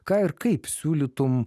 ką ir kaip siūlytum